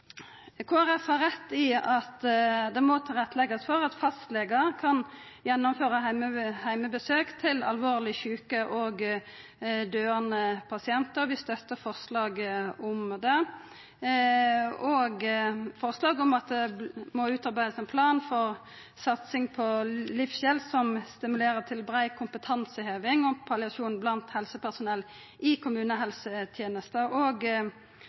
Folkeparti har rett i at det må leggjast til rette for at fastlegar kan gjennomføra heimebesøk til alvorleg sjuke og døyande pasientar. Vi støttar forslaget om det, også forslaget om at ein utarbeider ein plan for satsing på livshjelp som stimulerer til brei kompetanseheving om palliasjon blant helsepersonell i kommunehelsetenesta, og